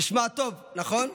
נשמע טוב, נכון?